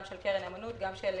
גם של